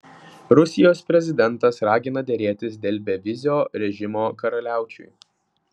rusijos prezidentas ragina derėtis dėl bevizio režimo karaliaučiui